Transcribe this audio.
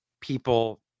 people –